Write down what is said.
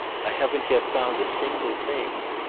i haven't yet found a single thing.